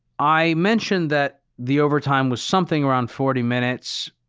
i mentioned that the overtime was something around forty minutes.